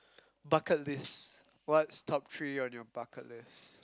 bucket list what's top three on your bucket list